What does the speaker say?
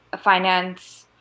finance